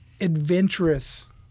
adventurous